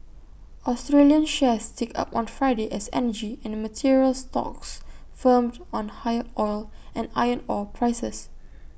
Australian shares ticked up on Friday as and materials stocks firmed on higher oil and iron ore prices